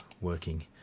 working